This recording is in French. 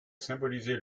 symboliser